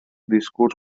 discurs